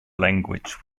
language